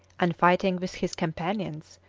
and fighting with his companions,